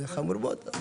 זה חמור מאוד.